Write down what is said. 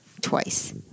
twice